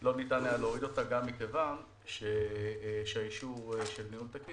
לא ניתן היה להוריד אותה גם מכיוון שהאישור של ניהול תקין